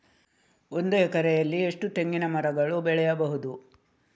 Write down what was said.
ಒಂದು ಎಕರೆಯಲ್ಲಿ ಎಷ್ಟು ತೆಂಗಿನಮರಗಳು ಬೆಳೆಯಬಹುದು?